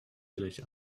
village